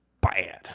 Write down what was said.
bad